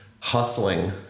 hustling